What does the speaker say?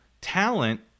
talent